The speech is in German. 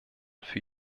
für